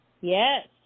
Yes